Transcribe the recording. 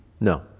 No